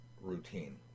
routine